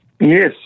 Yes